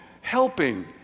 helping